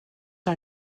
are